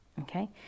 Okay